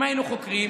אם היינו חוקרים,